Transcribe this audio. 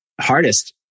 hardest